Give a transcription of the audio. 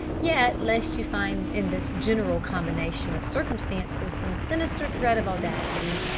yet lest you find in this general combination of circumstances some sinister threat of audacity,